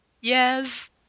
Yes